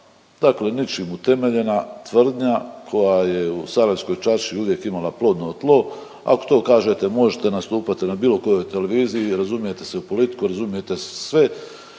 dakle ničim utemeljena tvrdnja koja je u …/Govornik se ne razumije./…čaršiji uvijek imala plodno tlo, ako to kažete možete nastupati na bilo kojoj televiziji, razumijete se u politiku, razumijete sve,